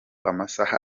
amasaha